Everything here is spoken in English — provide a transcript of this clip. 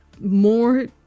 more